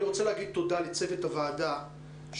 אני רוצה להגיד תודה לצוות הוועדה שלמרות